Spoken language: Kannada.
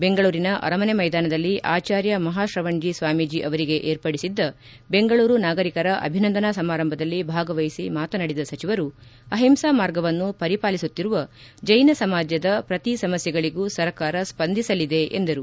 ಬೆಂಗಳೂರಿನ ಅರಮನೆ ಮೈದಾನದಲ್ಲಿ ಆಚಾರ್ಯ ಮಹಾಕ್ರವಣ್ಣೀ ಸ್ವಾಮೀಜಿ ಅವರಿಗೆ ಏರ್ಪಡಿಸಿದ್ದ ಬೆಂಗಳೂರು ನಾಗರಿಕರ ಅಭಿನಂದನಾ ಸಮಾರಂಭದಲ್ಲಿ ಭಾಗವಹಿಸಿ ಮಾತನಾಡಿದ ಸಚಿವರು ಅಹಿಂಸಾ ಮಾರ್ಗವನ್ನು ಪರಿಪಾಲಿಸುತ್ತಿರುವ ಜೈನ ಸಮಾಜದ ಪ್ರತಿ ಸಮಸ್ಥೆಗಳಗೂ ಸರ್ಕಾರ ಸ್ವಂದಿಸಲಿದೆ ಎಂದರು